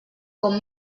com